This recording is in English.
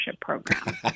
program